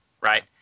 right